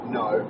no